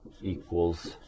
equals